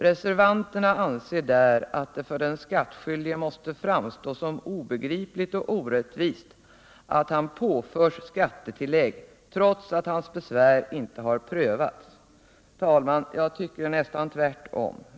Reservanterna anser att det för den skattskyldige måste framstå som obegripligt och orättvist att han påförs skattetillägg, trots att hans besvär inte här prövats. Men, herr talman. jag tycker nästan tvärtom.